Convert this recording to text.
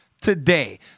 today